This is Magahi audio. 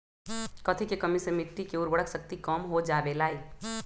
कथी के कमी से मिट्टी के उर्वरक शक्ति कम हो जावेलाई?